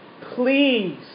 Please